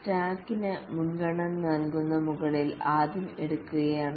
സ്റ്റാക്കിന് മുൻഗണന നൽകുന്നത് മുകളിൽ ആദ്യം എടുക്കുന്നവയാണ്